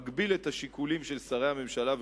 מגביל את השיקולים של שרי הממשלה,